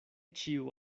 ĉiu